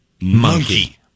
monkey